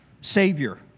Savior